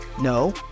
no